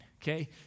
Okay